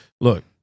look